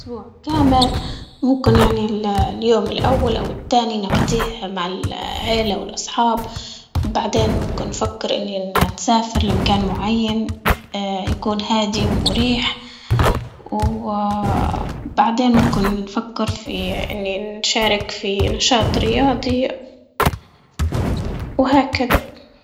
اه لو حصلت اجازة لمدة أسبوع كامل ممكن يعني اليوم الأول أو التاني نقضيه مع العيلة والأصحاب، بعدين ممكن نفكر اني نسافر لمكان معين اه يكون هادي ومريح، بعدين ممكن اني نشارك في نشاط رياضي وهكذا.